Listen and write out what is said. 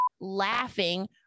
laughing